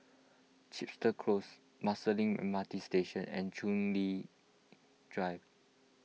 Chepstow Close Marsiling M R T Station and Soon Lee Drive